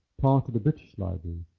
part of the british library,